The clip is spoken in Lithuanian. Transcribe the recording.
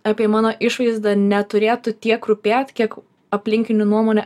apie mano išvaizdą neturėtų tiek rūpėt kiek aplinkinių nuomonė